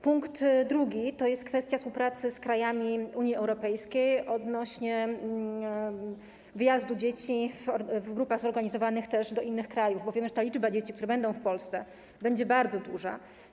Punkt drugi to jest kwestia współpracy z krajami Unii Europejskiej odnośnie do wyjazdu dzieci w grupach zorganizowanych do innych krajów, bo wiemy, że liczba dzieci, które będą w Polsce, będzie bardzo duża.